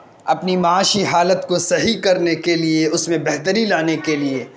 اپنی معاشی حالت کو صحیح کرنے کے لیے اس میں بہتری لانے کے لیے